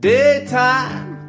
Daytime